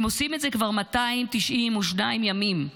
הם עושים את זה כבר 292 ימים,